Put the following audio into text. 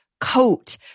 coat